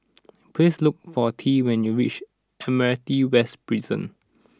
please look for Tea when you reach Admiralty West Prison